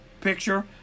picture